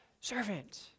Servant